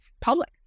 public